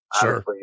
Sure